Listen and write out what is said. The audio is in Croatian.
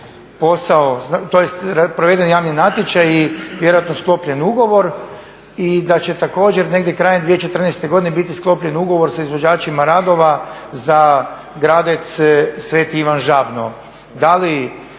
posao, tj. proveden javni natječaj i vjerojatno sklopljen ugovor i da će također negdje krajem 2014. godine biti sklopljen ugovor sa izvođačima radova za Gradec – Sveti Ivan Žabno.